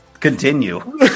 Continue